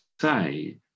say